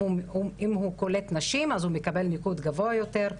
אם הוא קולט נשים אז הוא מקבל ניקוד גבוה יותר,